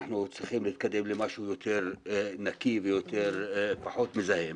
שאנחנו צריכים להתקדם למשהו יותר נקי ופחות מזהם.